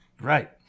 Right